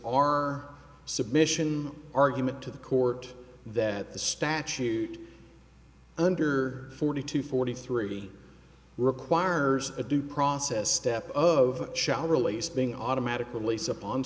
our submission argument to the court that the statute under forty two forty three requires a due process step of shall release being automatically leese upon